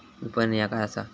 विपणन ह्या काय असा?